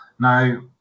Now